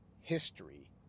history